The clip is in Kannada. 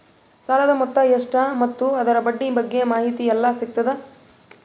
ಸಾಲದ ಮೊತ್ತ ಎಷ್ಟ ಮತ್ತು ಅದರ ಬಡ್ಡಿ ಬಗ್ಗೆ ಮಾಹಿತಿ ಎಲ್ಲ ಸಿಗತದ?